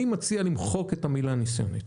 אני מציע למחוק את המילה ניסיונית.